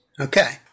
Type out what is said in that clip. Okay